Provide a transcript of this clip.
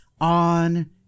on